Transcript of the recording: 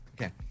okay